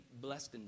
blessed